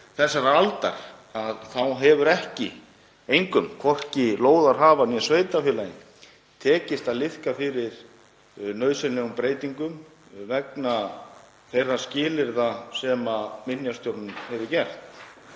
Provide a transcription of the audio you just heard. þessarar aldar þá hefur engum, hvorki lóðarhafa né sveitarfélagi, tekist að liðka fyrir nauðsynlegum breytingum vegna þeirra skilyrða sem Minjastofnun hefur sett.